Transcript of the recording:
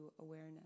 awareness